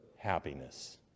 happiness